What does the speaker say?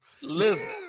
Listen